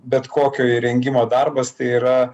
bet kokio įrengimo darbas tai yra